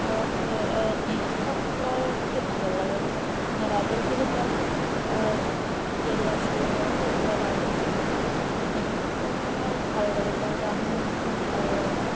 আমাকে নেহা কাক্করকে ভালো লাগে যখন ইন্ডিয়ান আইডল থেকে তার কেরিয়ার শুরু হয় ইন্ডিয়ান আইডল থেকেই তো নেহা কাক্করকে আমার ভালো লাগে তার গানও আমাকে ভালো লাগে